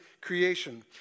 creation